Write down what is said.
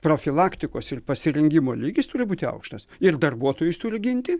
profilaktikos ir pasirengimo lygis turi būti aukštas ir darbuotojus turi ginti